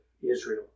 Israel